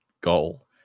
goal